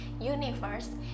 universe